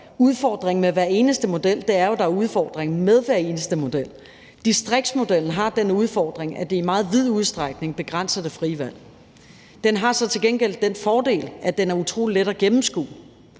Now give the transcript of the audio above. Udfordringen med hver eneste model er, at der er udfordringer med hver eneste model. Distriktsmodellen har den udfordring, at det i meget vid udstrækning begrænser det frie valg. Den har så til gengæld den fordel, at den er utrolig let at gennemskue.